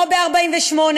כמו ב-48',